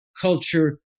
culture